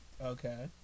Okay